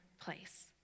place